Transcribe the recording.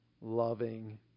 loving